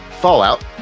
Fallout